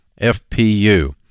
FPU